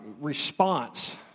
response